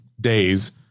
days